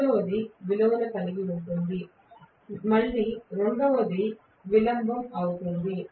మూడవది విలువను కలిగి ఉంటుంది ఇది మళ్ళీ రెండవది విలంబం అవుతుంది